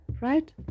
right